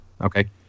Okay